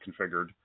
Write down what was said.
configured